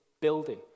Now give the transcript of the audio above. building